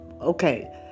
okay